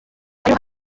ariho